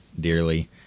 dearly